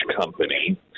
Company